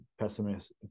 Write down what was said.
pessimist